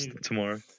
tomorrow